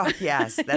Yes